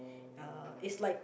uh it's like